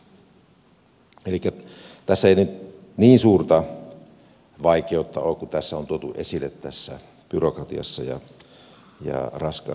elikkä tässä ei nyt niin suurta vaikeutta ole kuin mitä tässä on tuotu esille byrokratiaa ja raskasta seurantaa